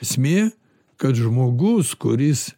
esmė kad žmogus kuris